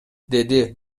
деди